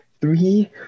three